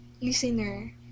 listener